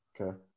Okay